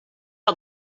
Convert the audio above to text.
out